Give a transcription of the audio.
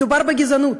מדובר בגזענות,